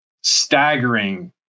staggering